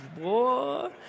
Boy